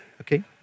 Okay